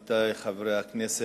עמיתי חברי הכנסת,